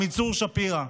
עמיצור שפירא.